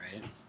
right